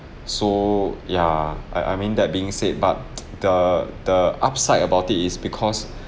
so ya I I mean that being said but the the upside about it is because